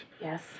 Yes